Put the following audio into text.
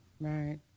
Right